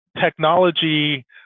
technology